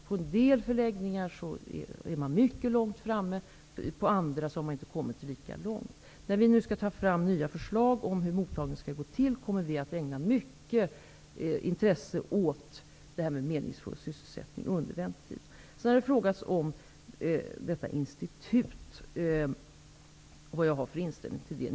På en del förläggningar är man mycket långt framme, och på andra har man inte kommit lika långt. Vi skall nu ta fram nya förslag om hur mottagningen skall gå till. Vi kommer då att ägna mycket intresse åt frågan om meningsfull sysselsättning under väntetiden. Det har ställts frågor om detta institut och vad jag har för inställning till det.